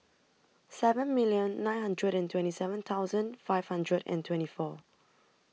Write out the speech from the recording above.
seven million nine hundred and twenty seven thousand five hundred and twenty four